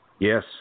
Yes